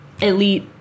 elite